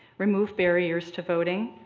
remove barriers to voting,